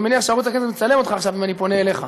אני מניח שערוץ הכנסת מצלם אותך עכשיו אם אני פונה אליך.